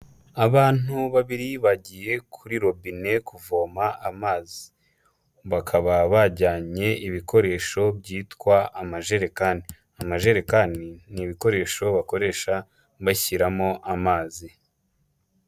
Abantu babiri bagiye kuri robine kuvoma amazi, bakaba bajyanye ibikoresho byitwa amajerekani, amajerekani ni ibikoresho bakoresha bashyiramo amazi.